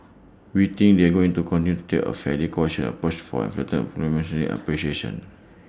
we think they're going to continue to take A fairly cautious approach for and flatten monetary appreciation